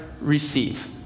receive